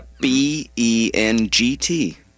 B-E-N-G-T